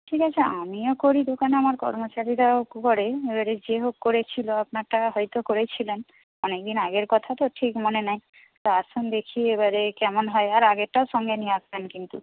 ঠিক আছে আমিও করি দোকানে আমার কর্মচারীরাও করে এবারে যে হোক করেছিল আপনারটা হয়তো করেছিলাম অনেকদিন আগের কথা তো ঠিক মনে নেই তো আসুন দেখি এবারে কেমন হয় আর আগেরটাও সঙ্গে নিয়ে আসবেন কিন্তু